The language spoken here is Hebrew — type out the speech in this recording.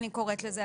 כך אני קוראת לזה,